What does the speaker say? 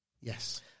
Yes